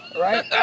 Right